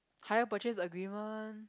higher purchase agreement